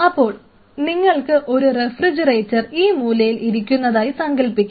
അപ്പോൾ നിങ്ങൾക്ക് ഒരു റഫ്രിജറേറ്റർ ഈ മൂലയിൽ ഇരിക്കുന്നതായി സങ്കൽപ്പിക്കാം